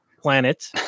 planet